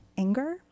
anger